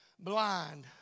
Blind